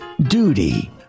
duty